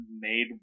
made